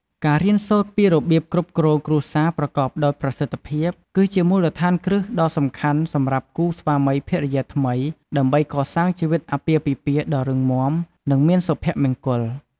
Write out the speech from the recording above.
ការរៀនសូត្រពីរបៀបគ្រប់គ្រងគ្រួសារប្រកបដោយប្រសិទ្ធភាព គឺជាមូលដ្ឋានគ្រឹះដ៏សំខាន់សម្រាប់គូស្វាមីភរិយាថ្មី ដើម្បីកសាងជីវិតអាពាហ៍ពិពាហ៍ដ៏រឹងមាំ និងមានសុភមង្គល។